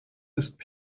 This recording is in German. ist